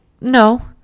No